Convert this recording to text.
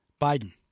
Biden